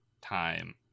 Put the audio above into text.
time